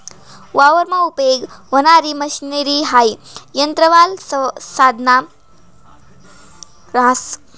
वावरमा उपयेग व्हणारी मशनरी हाई यंत्रवालं साधन रहास